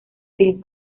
phil